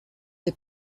est